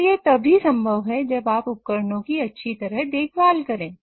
और यह तभी संभव है जब आप उपकरणों की अच्छी तरह देखभाल करें